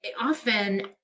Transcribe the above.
Often